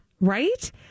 Right